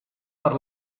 per